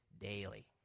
daily